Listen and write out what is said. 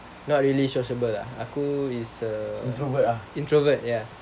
not really sociable lah aku is a introvert ya